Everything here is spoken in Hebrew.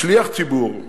שליח ציבור,